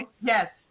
Yes